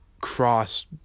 cross